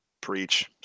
Preach